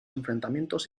enfrentamientos